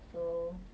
so